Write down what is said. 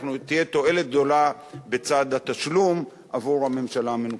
תהיה תועלת גדולה בצד התשלום עבור הממשלה המנופחת.